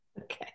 okay